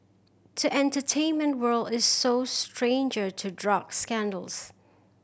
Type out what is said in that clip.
the entertainment world is so stranger to drug scandals